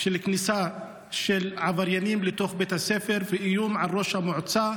כניסה של עבריינים לתוך בית הספר ואיום על ראש המועצה.